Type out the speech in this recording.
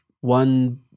one